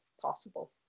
possible